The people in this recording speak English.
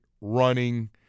running